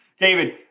David